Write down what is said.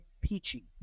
Peachy